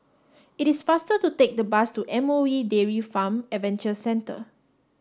it is faster to take the bus to M O E Dairy Farm Adventure Centre